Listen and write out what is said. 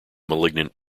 malignant